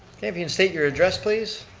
kind of you and state your address, please?